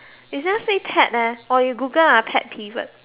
it just say pet peeve you just Google eh pet pivot